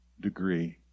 degree